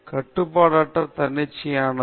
கட்டுப்பாடற்ற தன்னிச்சையானது